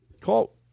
call